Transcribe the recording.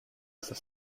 these